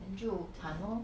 then 就谈 lor